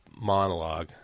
monologue